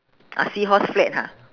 ah seahorse flag ha